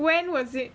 when was it